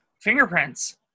fingerprints